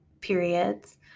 periods